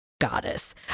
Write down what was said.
goddess